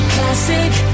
Classic